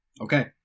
Okay